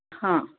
हां